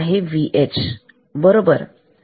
तर हे आहे Vh बरोबर